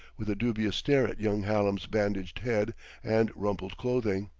with a dubious stare at young hallam's bandaged head and rumpled clothing.